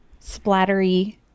splattery